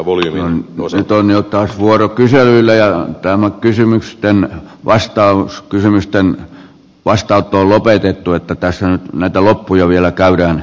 nyt on jo taas vuoro kyselyillä ja tämä kysymysten vastaanotto on lopetettu joten tässä nyt näitä loppuja vielä käydään